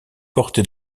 porté